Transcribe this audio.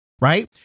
right